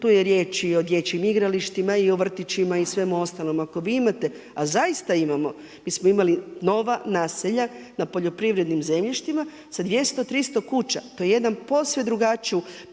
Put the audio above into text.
Tu je riječ i o dječjim igralištima i o vrtićima i svemu ostalom. Ako vi imate a zaista imamo, mi smo imali nova naselja na poljoprivrednim zemljištima sa 200, 300 kuća. To je jedan posve drugačiju